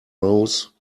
rose